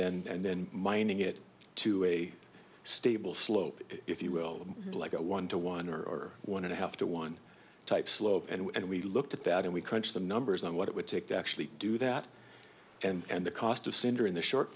then and then mining it to a stable slope if you will like a one to one or one and a half to one type slope and we looked at that and we crunched the numbers on what it would take to actually do that and the cost of cinder in the short